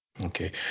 Okay